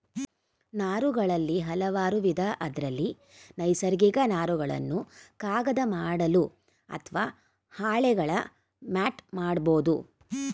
ನಾರುಗಳಲ್ಲಿ ಹಲವಾರುವಿಧ ಅದ್ರಲ್ಲಿ ನೈಸರ್ಗಿಕ ನಾರುಗಳನ್ನು ಕಾಗದ ಮಾಡಲು ಅತ್ವ ಹಾಳೆಗಳ ಮ್ಯಾಟ್ ಮಾಡ್ಬೋದು